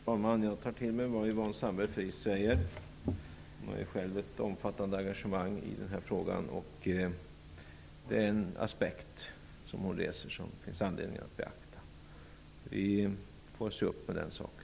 Fru talman! Jag tar till mig vad Yvonne Sandberg Fries säger. Hon har själv ett omfattande engagemang i den här frågan. Den aspekt hon reser finns anledning att beakta. Vi får se upp med den saken.